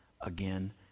again